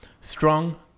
Strong